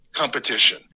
competition